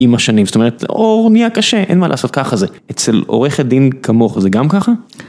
עם השנים, זאת אומרת, או נהיה קשה, אין מה לעשות ככה זה, אצל עורכת דין כמוך זה גם ככה?